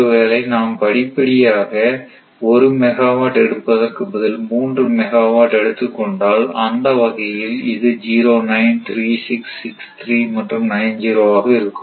ஒருவேளை நாம் படிப்படியாக ஒரு மெகாவாட் எடுப்பதற்கு பதில் மூன்று மெகாவாட் எடுத்துக் கொண்டால் அந்த வகையில் இது 09 36 63 மற்றும் 90 ஆக இருக்கும்